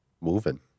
moving